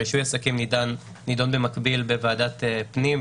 רישוי עסקים נידון במקביל בוועדת הפנים,